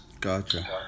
Gotcha